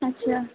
اچھا